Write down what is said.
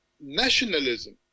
nationalism